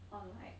on like